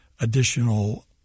additional